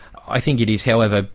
i think it is, however,